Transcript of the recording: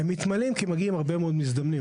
הם מתמלאים כי מגיעים הרבה מאוד מזדמנים.